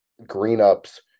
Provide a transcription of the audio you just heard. Greenup's